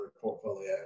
portfolio